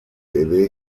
quede